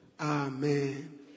amen